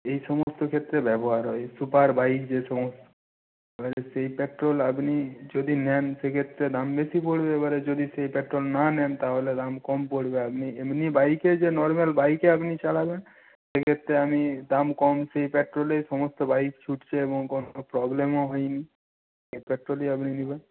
এই সমস্ত ক্ষেত্রে ব্যবহার হয় সুপার বাইক যে সমস্ত এবারে সেই পেট্রোল আপনি যদি নেন সেক্ষেত্রে দাম বেশি পড়বে এবারে যদি সেই পেট্রোল না নেন তাহলে দাম কম পড়বে আপনি এমনি বাইকে যে নর্মাল বাইকে আপনি চালাবেন সেক্ষেত্রে আমি দাম কম সেই পেট্রোলেই সমস্ত বাইক ছুটছে এবং কোনো প্রবলেমও হয়নি সেই পেট্রোলই আপনি নেবেন